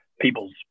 people's